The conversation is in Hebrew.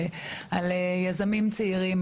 על יזמים צעירים,